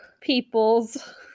people's